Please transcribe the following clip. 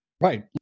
Right